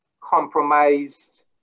compromised